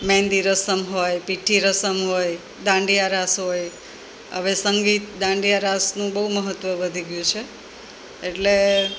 મેહન્દી રસમ હોય પીઠી રસમ હોય દાંડિયા રાસ હોય હવે સંગીત દાંડિયા રાસનું બહુ મહત્વ વધી ગયું છે એટલે